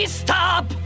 stop